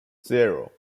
zero